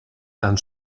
tan